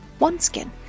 OneSkin